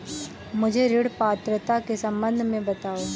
मुझे ऋण पात्रता के सम्बन्ध में बताओ?